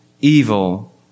evil